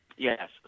Yes